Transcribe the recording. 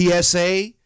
PSA